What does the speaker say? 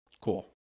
cool